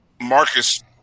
Marcus